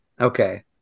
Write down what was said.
Okay